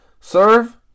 Serve